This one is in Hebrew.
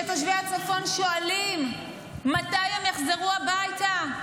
כשתושבי הצפון שואלים מתי הם יחזרו הביתה,